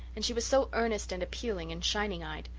and she was so earnest and appealing and shining-eyed!